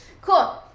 Cool